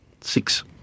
Six